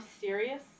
serious